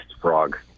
frog